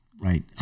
Right